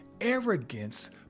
Arrogance